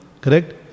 correct